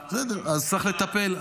בסדר, אז צריך לטפל.